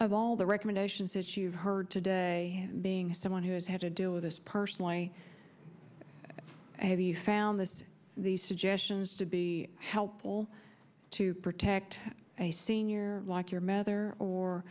of all the recommendations that you've heard today being someone who has had to deal with this personally have you found this these suggestions to be helpful to protect a senior like your mother or